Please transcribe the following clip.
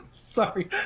Sorry